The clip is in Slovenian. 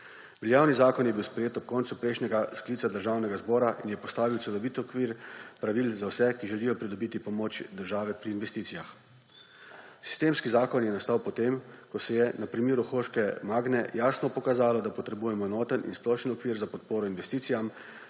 Veljavni zakon je bil sprejet ob koncu prejšnjega sklica Državnega zbora in je postavil celovit okvir pravil za vse, ki želijo pridobiti pomoč države pri investicijah. Sistemski zakon je nastal, potem ko se je na primeru hoške Magne jasno pokazalo, da potrebujemo enoten in splošen okvir za podporo investicijam,